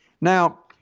Now